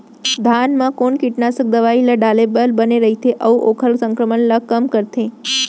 धान म कोन कीटनाशक दवई ल डाले बर बने रइथे, अऊ ओखर संक्रमण ल कम करथें?